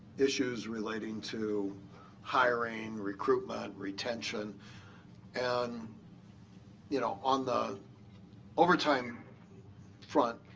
issues relating to hiring, recruitment, retention and you know on the overtime front,